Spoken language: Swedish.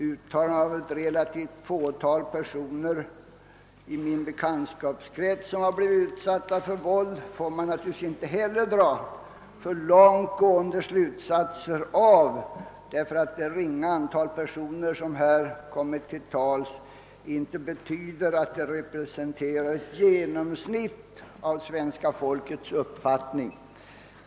Uttalanden av ett relativt fåtal personer i min bekantskapskrets, som har blivit utsatta för våld, går det naturligtvis inte heller att dra för långt gående slutsatser av, därför att meningsyttringarna från det ringa antal personer som här kommit till tals inte representerar ett genomsnitt av svenska folkets uppfattning.